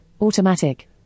Automatic